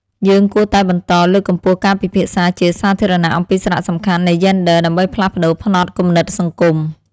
យើងគួរតែបន្តលើកកម្ពស់ការពិភាក្សាជាសាធារណៈអំពីសារៈសំខាន់នៃយេនឌ័រដើម្បីផ្លាស់ប្តូរផ្នត់គំនិតសង្គម។